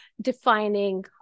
defining